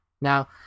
Now